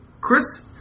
Chris